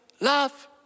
love